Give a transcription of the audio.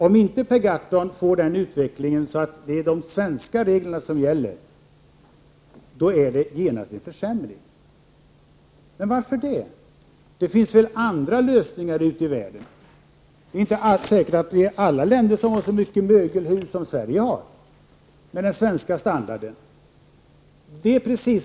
Om utvecklingen inte blir sådan 6 juni 1989 att det är de svenska reglerna som gäller, då är det genast en försämring. Men varför det? Det finns väl andra lösningar ute i världen. Det är inte alls säkert att andra länder har så många mögelhus som Sverige har — jag talar då om hus med samma standard i övrigt.